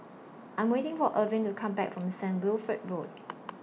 I Am waiting For Irving to Come Back from The Saint Wilfred Road